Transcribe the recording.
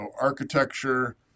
architecture